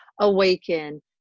awaken